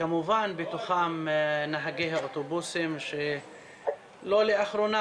כמובן בתוך אזרחי המדינה גם נהגי האוטובוסים שלא לאחרונה,